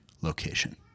location